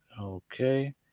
Okay